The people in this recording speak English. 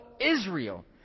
Israel